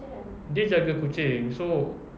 dia jaga kucing so